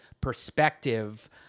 perspective